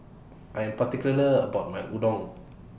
I'm particular about My Udon